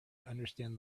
understand